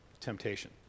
temptation